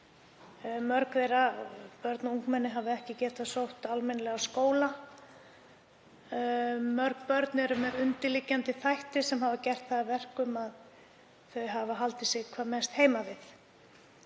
mörg börn og ungmenni haf ekki getað sótt skóla almennilega. Mörg börn eru með undirliggjandi þætti sem hafa gert það að verkum að þau hafa haldið sig sem mest heima við.